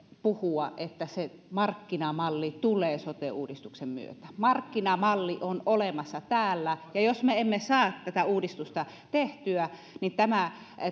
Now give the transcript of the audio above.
puhua että se markkinamalli tulee sote uudistuksen myötä markkinamalli on olemassa täällä ja jos me emme saa tätä uudistusta tehtyä niin tämä